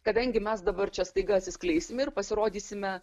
kadangi mes dabar čia staiga atsiskleisime ir pasirodysime